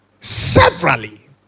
severally